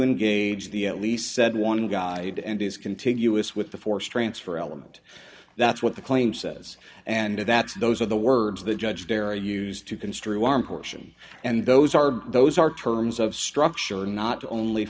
engage the at least said one guide and is contiguous with the force transfer element that's what the claim says and that's those are the words the judge terry used to construe arm portion and those are those are terms of structure not only